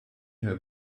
her